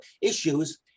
issues